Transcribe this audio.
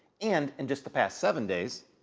and, in just the past seven days,